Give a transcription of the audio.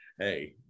Hey